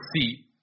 see